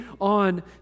on